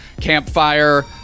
campfire